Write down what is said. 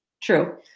True